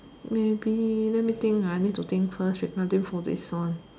maybe let me think ah I need to think first regarding for this one